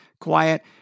quiet